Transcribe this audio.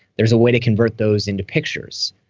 there's a way to convert those into pictures,